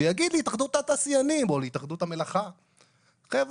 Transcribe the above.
ויגיד להתאחדות התעשיינים או להתאחדות המלאכה - חבר'ה,